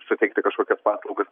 suteikti kažkokias paslaugas